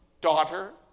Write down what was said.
daughter